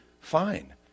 fine